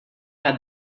had